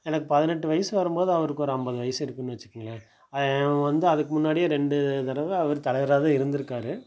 எனக்கு பதினெட்டு வயது வரும்போது அவருக்கு ஒரு ஐம்பது வயசு இருக்கும்னு வெச்சுக்கங்களேன் வந்து அதுக்கு முன்னாடியே ரெண்டு தடவை அவர் தலைவராக தான் இருந்திருக்காரு